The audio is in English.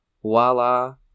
voila